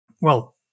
well-